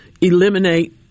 eliminate